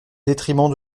détriment